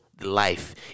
life